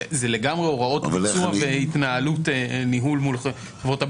זה לגמרי הוראות ביצוע והתנהלות מול חברות הביטוח.